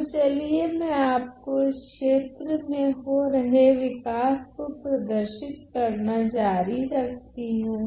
तो चलिए मैं आपको इस क्षेत्र में हो रहे विकास को प्रदर्शित करना जारी रखती हूँ